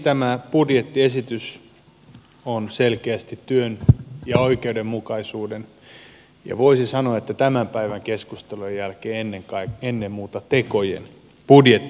tämä budjettiesitys on selkeästi työn ja oikeudenmukaisuuden ja voisi sanoa että tämän päivän keskustelujen jälkeen ennen muuta tekojen budjetti